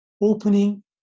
opening